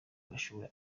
mashuri